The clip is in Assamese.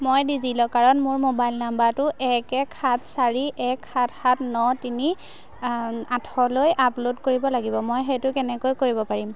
মই ডিজিলকাৰত মোৰ মোবাইল নম্বৰটো এক এক সাত চাৰি এক সাত সাত ন তিনি আঠলৈ আপল'ড কৰিব লাগিব মই সেইটো কেনেকৈ কৰিব পাৰিম